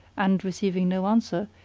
and, receiving no answer,